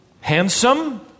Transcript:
handsome